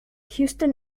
houston